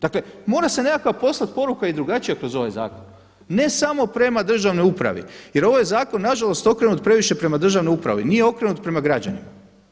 Dakle mora se nekakva poruka poslati i drugačija kroz ovaj zakon, ne samo prema državnoj upravi jer ovo je zakon nažalost okrenut previše prema državnoj upravi, nije okrenut prema građanima.